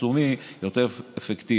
פרסומי יותר אפקטיבי.